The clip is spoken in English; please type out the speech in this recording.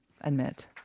admit